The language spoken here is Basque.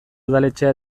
udaletxea